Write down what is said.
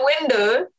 window